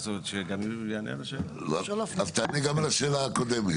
אז תענה גם על השאלה הקודמת.